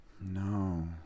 No